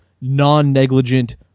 non-negligent